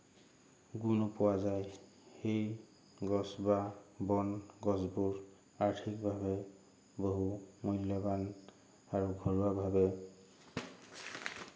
গুণো পোৱা যায় সেই গছ বা বন গছবোৰ আৰ্থিকভাৱে বহু মূল্যৱান আৰু ঘৰুৱাভাৱে